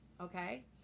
Okay